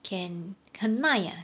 can 很耐 ah